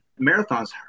Marathons